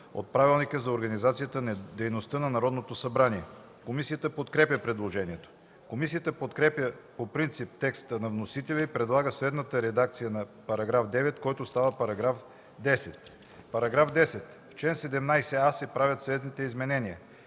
от Правилника за организацията и дейността на Народното събрание. Комисията подкрепя предложението. Комисията подкрепя по принцип текста на вносителя и предлага следната редакция за § 9, който става § 10: „§ 10. В чл. 17а се правят следните изменения: